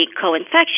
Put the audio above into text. co-infection